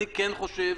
אני חושב